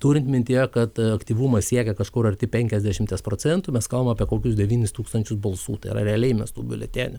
turint mintyje kad aktyvumas siekia kažkur arti penkiasdešimties procentų mes kalbam apie kokius devynis tūkstančius balsų tai yra realiai įmestų biuletenių